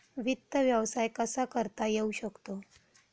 वित्त व्यवसाय कसा करता येऊ शकतो?